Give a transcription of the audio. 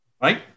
Right